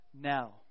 Now